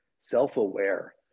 self-aware